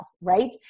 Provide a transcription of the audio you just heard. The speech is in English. right